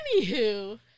Anywho